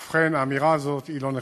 ובכן, האמירה הזאת היא לא נכונה,